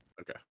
Okay